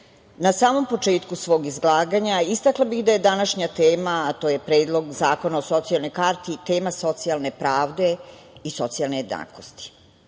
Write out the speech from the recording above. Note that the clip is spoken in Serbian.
na samom početku svog izlaganja istakla bih da je današnja tema, a to je Predlog zakona o socijalnoj karti tema socijalne pravde i socijalne jednakosti.